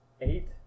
eight